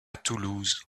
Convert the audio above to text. toulouse